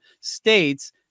states